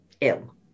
ill